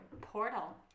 Portal